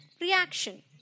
reaction